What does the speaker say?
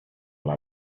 will